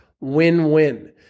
Win-win